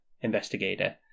Investigator